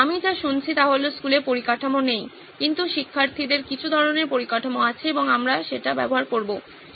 আমি যা শুনছি তা হলো স্কুলে পরিকাঠামো নেই কিন্তু শিক্ষার্থীদের কিছু ধরনের পরিকাঠামো আছে এবং আমরা সেটা ব্যবহার করবো